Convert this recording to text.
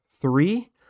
three